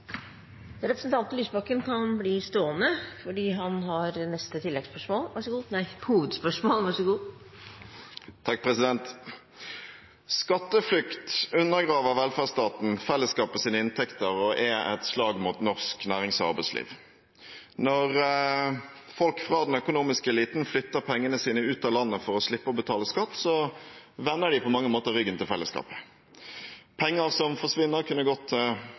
neste hovedspørsmål – fra Audun Lysbakken. Skatteflukt undergraver velferdsstaten og fellesskapets inntekter og er et slag mot norsk nærings- og arbeidsliv. Når folk fra den økonomiske eliten flytter pengene sine ut av landet for å slippe å betale skatt, vender de på mange måter ryggen til fellesskapet. Penger som forsvinner, kunne gått